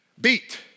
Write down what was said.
beat